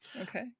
Okay